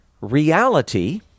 reality